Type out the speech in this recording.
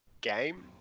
game